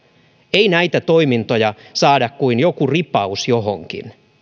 ei näitä toimintoja saada kuin jokin ripaus johonkin